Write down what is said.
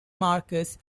markers